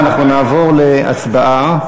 ואנחנו נעבור להצבעה.